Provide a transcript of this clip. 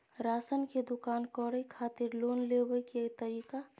Ration के दुकान करै खातिर लोन लेबै के तरीका?